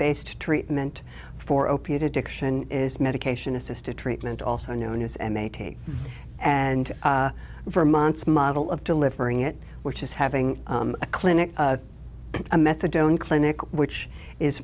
based treatment for opiate addiction is medication assisted treatment also known as m a take and vermont's model of delivering it which is having a clinic a methadone clinic which is